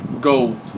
go